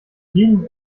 vielen